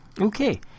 Okay